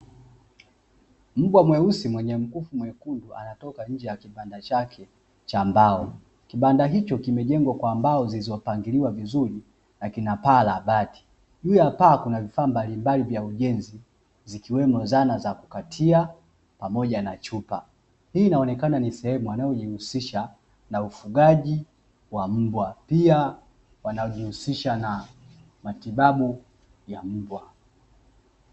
Mbwa mweusi mwenye nguvu, mwekundu anatoka nje ya kibanda chake cha mbao, kibanda hicho kimejengwa kwa mbao zilizopangiliwa vizuri na kuwekwa bati, juu ya paa kuna vifaa mbalimbali vya ujenzi zikiwemo zana za kukatia pamoja na chupa, hii inaonekana ni sehemu anayojihusisha na ufugaji wa mbwa pia wanaojihusisha na matibabu ya mbwa.